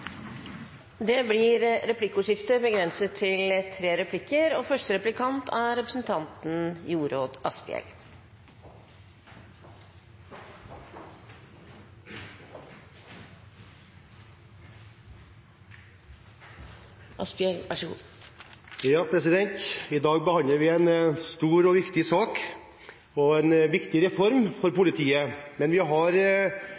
Det blir replikkordskifte. I dag behandler vi en stor og viktig sak og en viktig reform for politiet, men vi har